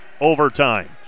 Overtime